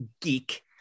geek